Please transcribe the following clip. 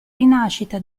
rinascita